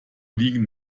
liegen